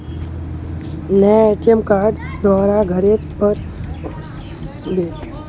नया ATM card डाक द्वारा घरेर पर ओस बे